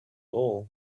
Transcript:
all